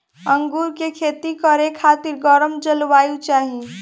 अंगूर के खेती करे खातिर गरम जलवायु चाही